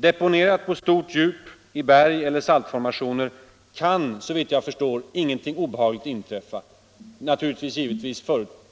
Deponeras det på stort djup i berg eller i saltformationer kan, såvitt jag förstår, ingenting obehagligt inträffa — naturligtvis